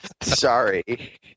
Sorry